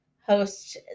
host